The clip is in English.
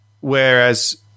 Whereas